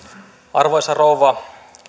arvoisa rouva